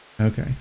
Okay